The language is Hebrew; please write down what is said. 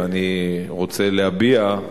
ורוצה להביע,